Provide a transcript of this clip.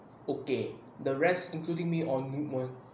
okay the rest including me all noob [one]